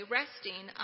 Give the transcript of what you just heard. resting